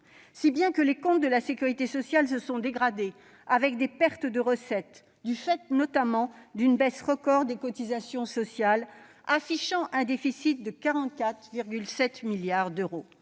Par conséquent, les comptes de la sécurité sociale se sont dégradés, en raison de pertes de recettes, liées notamment à une baisse record des cotisations sociales, d'où un déficit de 44,7 milliards d'euros.